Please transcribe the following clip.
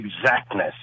exactness